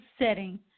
setting